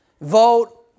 vote